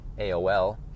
AOL